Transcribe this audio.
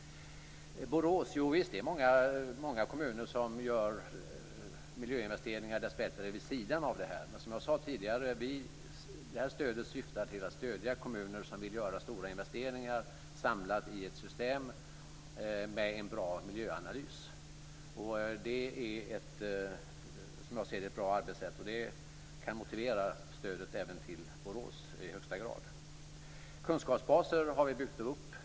Borås nämndes. Jovisst, det är dessbättre många kommuner som gör miljöinvesteringar vid sidan av det här. Men som jag sade tidigare syftar det här stödet till att stödja kommuner som vill göra stora investeringar samlat i ett system med en bra miljöanalys. Det är ett, som jag ser det, bra arbetssätt, och det kan motivera stödet även till Borås i högsta grad. Kunskapsbaser har vi byggt upp.